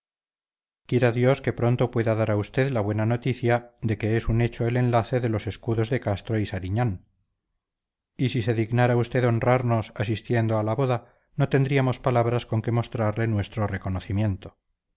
quiera dios que pronto pueda dar a usted la buena noticia de que es un hecho el enlace de los escudos de castro y sariñán y si se dignara usted honramos asistiendo a la boda no tendríamos palabras con que mostrarle nuestro reconocimiento